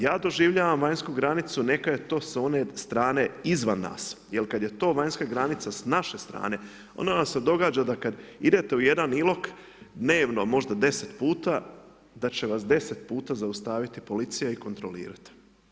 Ja doživljavam vanjsku granicu, neka je to s one strane izvan nas, jel kada je to vanjska granica s naše strane, onda vam se događa da kada idete u jedan Ilok, dnevno možda 10 puta, da će vas 10 puta zaustaviti policija i kontrolirati.